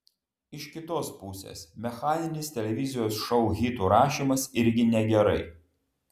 iš kitos pusės mechaninis televizijos šou hitų rašymas irgi negerai